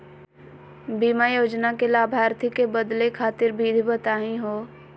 बीमा योजना के लाभार्थी क बदले खातिर विधि बताही हो?